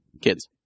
Kids